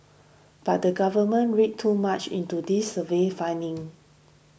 but the government read too much into these survey findings